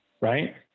right